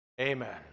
Amen